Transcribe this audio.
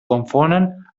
confonen